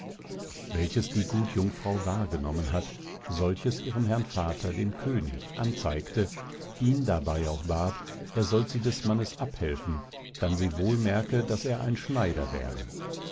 welches die gut jungfrau wahr genommen hat solches ihrem herrn vater dem könig anzeigte ihn darbei auch bat er sollt sie des mannes abhelfen dann sie wohl merke daß er ein schneider wäre